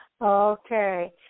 Okay